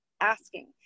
asking